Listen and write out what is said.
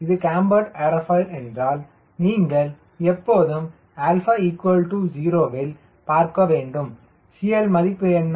இது cambered aerofoil என்றால் நீங்கள் எப்போதும் 𝛼 0 இல் பார்க்க வேண்டும் CL மதிப்பு என்ன